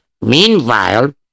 Meanwhile